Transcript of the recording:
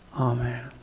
amen